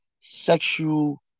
sexual